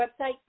website